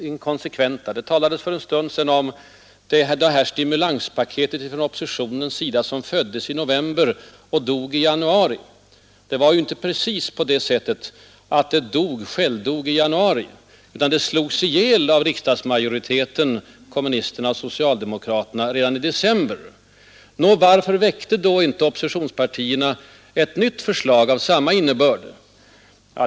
Det Onsdagen den talades för en stund sedan om oppositionens stimulanspaket, som 8 november 1972 ”föddes i november och dog i januari”. Det var ju inte precis på det sättet — GG — att det självdog i januari, utan det slogs ihjäl av riksdagsmajoriteten — Allmänpolitisk kommunisterna och socialdemokraterna — redan i december. debatt Nå, varför väckte då inte oppositionspartierna ett nytt förslag av samma innebörd?